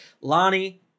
Lonnie